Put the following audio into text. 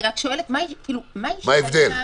אני רק שואלת מה ההבדל.